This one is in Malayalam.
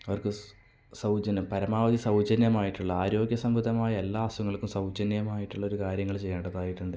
അവർക്ക് സൗജന്യം പരമാവധി സൗജന്യമായിട്ടുള്ള ആരോഗ്യസമൃദ്ധമായ എല്ലാ അസുഖങ്ങൾക്കും സൗജന്യമായിട്ടുള്ളൊരു കാര്യങ്ങള് ചെയ്യേണ്ടതായിട്ടുണ്ട്